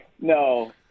No